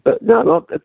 no